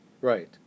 Right